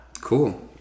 Cool